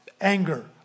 anger